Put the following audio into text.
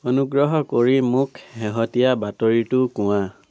অনুগ্ৰহ কৰি মোক শেহতীয়া বাতৰিটো কোৱা